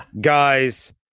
guys